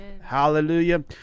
Hallelujah